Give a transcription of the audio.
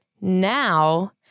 now